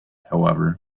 however